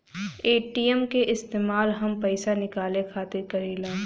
ATM क इस्तेमाल हम पइसा निकाले खातिर करीला